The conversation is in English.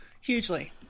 hugely